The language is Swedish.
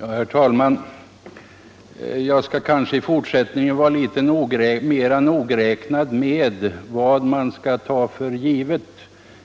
Herr talman! Jag skall kanske i fortsättningen vara litet mera nogräknad med vad man skall ta för givet